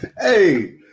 Hey